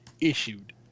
issued